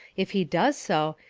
if he does so,